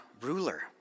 ruler